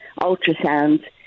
ultrasounds